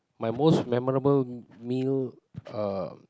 my most memorable meal uh